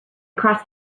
crossed